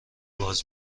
باز